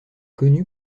connue